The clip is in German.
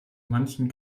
manchem